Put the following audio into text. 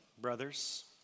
brothers